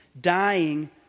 dying